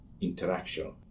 interaction